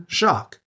shock